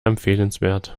empfehlenswert